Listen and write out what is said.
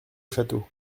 château